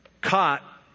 caught